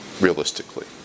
Realistically